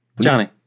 Johnny